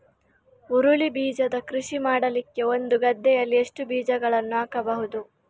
ಹುರುಳಿ ಬೀಜದ ಕೃಷಿ ಮಾಡಲಿಕ್ಕೆ ಒಂದು ಗದ್ದೆಯಲ್ಲಿ ಎಷ್ಟು ಬೀಜಗಳನ್ನು ಹಾಕಬೇಕು?